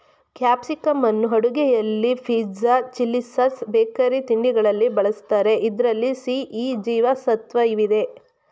ಕ್ಯಾಪ್ಸಿಕಂನ್ನು ಅಡುಗೆಯಲ್ಲಿ pizza, chilli sauce, bakery ತಿಂಡಿಗಳಲ್ಲಿ ಬಳ್ಸತ್ತರೆ ಇದ್ರಲ್ಲಿ ಸಿ, ಇ ಜೀವ ಸತ್ವವಿದೆ